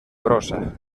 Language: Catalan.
grossa